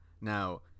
Now